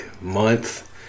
month